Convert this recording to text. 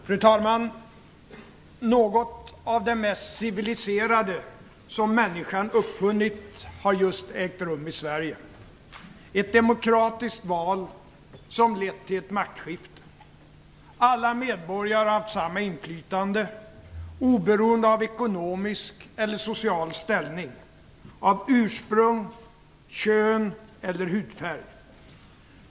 Fru talman! Något av det mest civiliserade som människan har uppfunnit har just ägt rum i Sverige, nämligen ett demokratiskt val som har lett till ett maktskifte. Alla medborgare har haft samma inflytande, oberoende av ekonomisk eller social ställning, av ursprung, kön eller hudfärg.